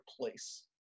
place